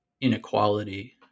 inequality